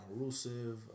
Rusev